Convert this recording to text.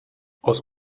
aus